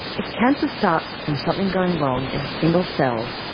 if cancer starts from something going wrong in a single cell,